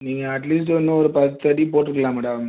நீங்கள் அட்லீஸ்ட் இன்னும் ஒரு பத்து அடி போட்டிருக்கலாம் மேடம்